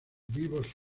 vivos